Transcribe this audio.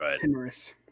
Timorous